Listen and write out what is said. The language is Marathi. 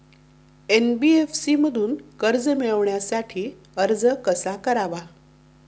एन.बी.एफ.सी मधून कर्ज मिळवण्यासाठी अर्ज कसा करावा?